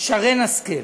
שרן השכל,